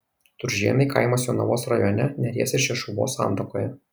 turžėnai kaimas jonavos rajone neries ir šešuvos santakoje